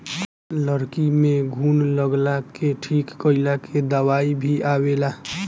लकड़ी में घुन लगला के ठीक कइला के दवाई भी आवेला